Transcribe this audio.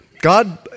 God